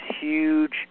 huge